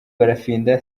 barafinda